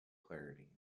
clarity